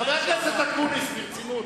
חבר הכנסת אקוניס, ברצינות.